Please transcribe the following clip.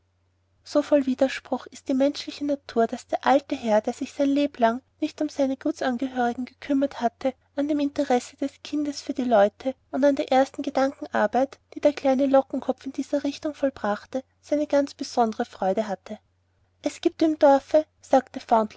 so voll widerspruch ist die menschliche natur daß der alte herr der sich sein lebenlang nicht um seine gutsangehörigen bekümmert hatte an dem interesse des kindes für die leute und an der ersten gedankenarbeit die der kleine lockenkopf in dieser richtung vollbrachte seine ganz besondre freude hatte es gibt im dorfe sagte